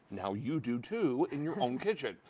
now you do, too, in your home kitchen.